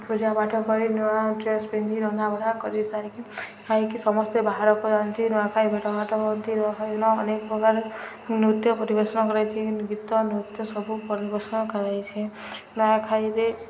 ପୂଜା ପାଠ କରି ନୂଆ ଡ୍ରେସ୍ ପିନ୍ଧି ରନ୍ଧା ବଢ଼ା କରି ସାରିକି ଖାଇକି ସମସ୍ତେ ବାହାରକୁ ଯାଆନ୍ତି ନୂଆଖାଇ ଭେଟଘାଟ ହୁଅନ୍ତି ନୂଆଖାଇ ଦିନ ଅନେକ ପ୍ରକାର ନୃତ୍ୟ ପରିବେଷଣ କରାଯାଇଛି ଗୀତ ନୃତ୍ୟ ସବୁ ପରିବେଷଣ କରାଯାଇଛି ନୂଆଖାଇରେ